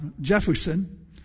Jefferson